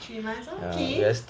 three months okay oh right